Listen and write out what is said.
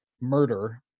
murder